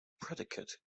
predicate